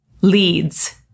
leads